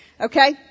Okay